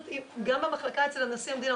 גם במחלקה אצל נשיא המדינה,